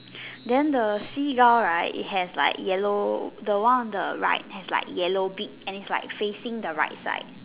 then the seagull right it has like yellow the one on the right has like yellow beak and it's like facing the right side